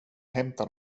hämtar